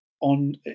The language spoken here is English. on